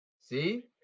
See